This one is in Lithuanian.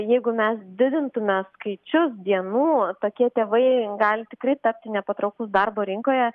jeigu mes didintume skaičius dienų tokie tėvai gali tikrai tapti nepatrauklūs darbo rinkoje